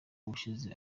ushize